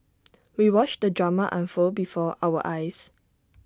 we watched the drama unfold before our eyes